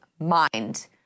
mind